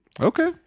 Okay